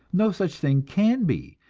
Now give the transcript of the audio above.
no such thing can be,